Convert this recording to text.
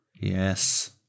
yes